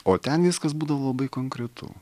o ten viskas būdavo labai konkretu